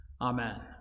Amen